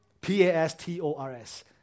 P-A-S-T-O-R-S